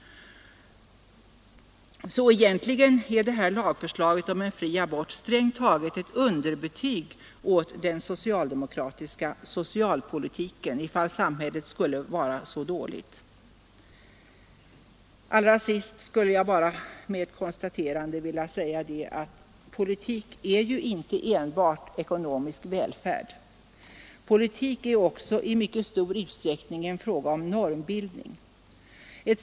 Detta lagförslag om fri abort är strängt taget ett underbetyg åt den socialdemokratiska socialpolitiken ifall samhället skulle vara så dåligt. Allra sist skulle jag som ett konstaterande vilja säga att politik är ju inte enbart en fråga om ekonomisk välfärd. Politik är också i mycket stor utsträckning en fråga om normbildning.